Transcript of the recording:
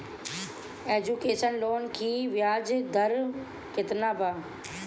Education loan की ब्याज दर केतना बा?